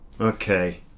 Okay